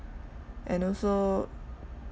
and also